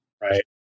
Right